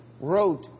wrote